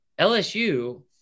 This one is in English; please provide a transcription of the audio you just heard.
LSU